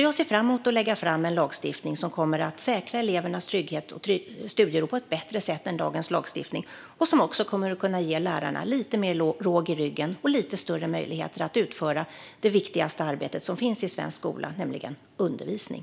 Jag ser fram emot att lägga fram en lagstiftning som säkrar elevernas trygghet och studiero på ett bättre sätt än dagens lagstiftning och som också kommer att kunna ge lärarna lite mer råg i ryggen och större möjligheter att utföra det viktigaste arbete som finns i svensk skola, nämligen undervisning.